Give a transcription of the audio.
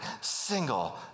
single